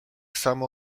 samo